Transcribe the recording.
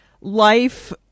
life